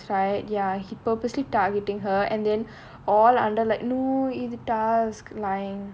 ya like even the stars right ya he purposely targeting her and then all under like no is the task lying